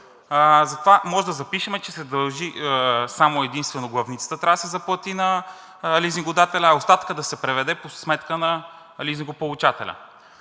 Затова може да запишем, че се дължи само и единствено главницата, която трябва да се заплати на лизингодателя, а остатъкът да се преведе по сметка на лизингополучателя.